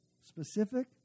specific